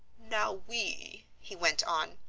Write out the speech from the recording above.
now we, he went on,